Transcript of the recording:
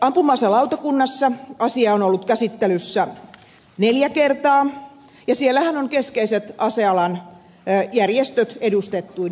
ampuma aselautakunnassa asia on ollut käsittelyssä neljä kertaa ja siellähän ovat keskeiset asealan järjestöt edustettuina